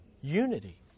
unity